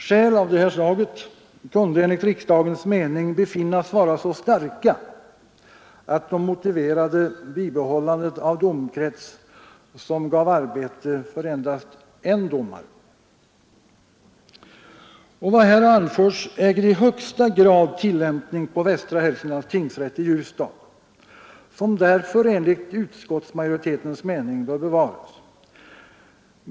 Skäl av här nämnda slag kunde enligt riksdagens mening befinnas vara så starka, att de motiverade bibehållande av domkrets som gav arbete för endast en domare. Vad här anförts äger i högsta grad tillämpning på Västra Hälsinglands tingsrätt i Ljusdal, som därför enligt utskottsmajoritetens mening bör bevaras.